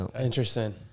Interesting